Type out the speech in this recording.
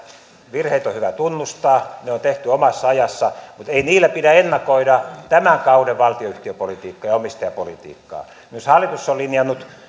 virheet on hyvä tunnustaa ne on tehty omassa ajassa mutta ei niillä pidä ennakoida tämän kauden valtionyhtiöpolitiikkaa ja omistajapolitiikkaa myös hallitus on linjannut